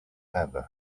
ever